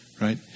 right